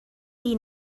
die